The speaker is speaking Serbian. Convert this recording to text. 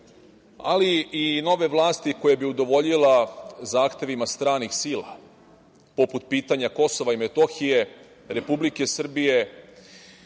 ali i nove vlasti koja bi udovoljila zahtevima stranih sila, poput pitanja Kosova i Metohije, Republike Srbije,